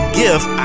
gift